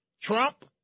Trump